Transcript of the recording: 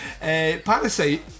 Parasite